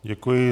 Děkuji.